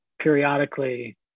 periodically